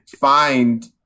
find